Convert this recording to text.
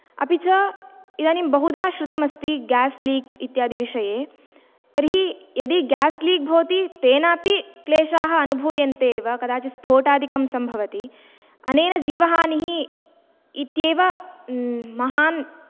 अपि च इदानीं बहुधा श्रुतम् अस्ति गेस् लीक् इत्यादि विषये तर्हि यदि गेस् लीक् भवति तेनापि क्लेशाः अनुभूयन्ते एव कदाचिद् स्फोटादिकं सम्भवति अनेन जीवहानिः इत्येव महान्